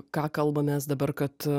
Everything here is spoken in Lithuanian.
ką kalbamės dabar kad